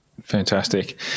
Fantastic